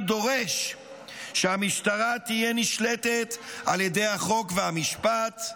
דורש שהמשטרה תהיה נשלטת על ידי החוק והמשפט,